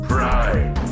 Pride